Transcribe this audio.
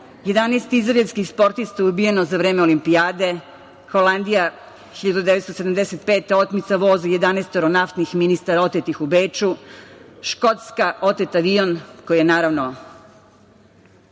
11 izraelskih sportista je ubijeno za vreme Olimpijade. Holandija 1975. godine, otmica voza, 11 naftnih ministara otetih u Beču. Škotska, otet avion, koji je naravno,